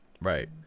Right